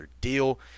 deal